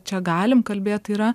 čia galim kalbėt yra